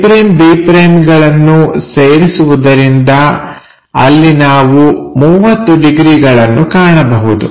a'b'ಗಳನ್ನು ಸೇರಿಸುವುದರಿಂದ ಅಲ್ಲಿ ನಾವು 30 ಡಿಗ್ರಿಗಳನ್ನು ಕಾಣಬಹುದು